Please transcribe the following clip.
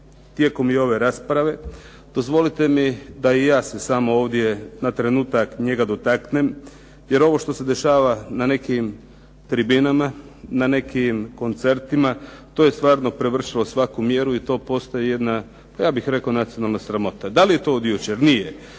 tijekom i ove rasprave dozvolite mi da i ja se samo na trenutak njega dotaknem jer ovo što se dešava na nekim tribinama, na nekim koncertima to je stvarno prevršilo svaku mjeru i to postaje jedna ja bih rekao nacionalna sramota. Da li je to od jučer? Nije.